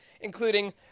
including